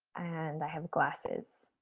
and i have glasses.